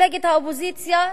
מפלגת האופוזיציה,